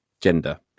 gender